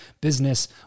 business